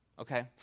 Okay